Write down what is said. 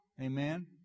Amen